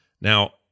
Now